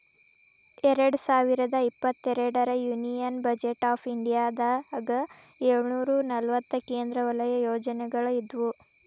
ಎರಡ್ ಸಾವಿರದ ಇಪ್ಪತ್ತೆರಡರ ಯೂನಿಯನ್ ಬಜೆಟ್ ಆಫ್ ಇಂಡಿಯಾದಾಗ ಏಳುನೂರ ನಲವತ್ತ ಕೇಂದ್ರ ವಲಯ ಯೋಜನೆಗಳ ಇದ್ವು